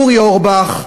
אורי אורבך,